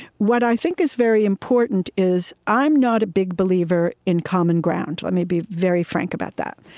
what i think is very important is, i'm not a big believer in common ground. let me be very frank about that.